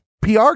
PR